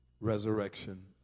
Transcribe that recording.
Resurrection